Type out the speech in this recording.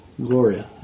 Gloria